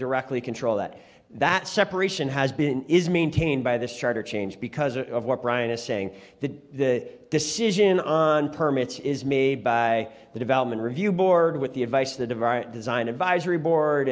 directly control that that separation has been is maintained by this charter change because of what brian is saying the decision on permits is made by the development review board with the advice of the divine design advisory board